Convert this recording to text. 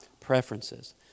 preferences